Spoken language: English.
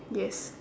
yes